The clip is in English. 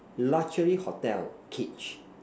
luxury hotel cage